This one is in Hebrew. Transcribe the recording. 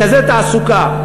מרכזי תעסוקה,